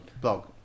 Blog